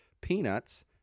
peanuts